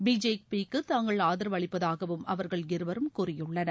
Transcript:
பிஜேபிக்கு தாங்கள் ஆதரவு அளிப்பதாகவும் அவர்கள் இருவரும் கூறியுள்ளனர்